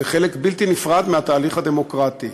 זה חלק בלתי נפרד מהתהליך הדמוקרטי.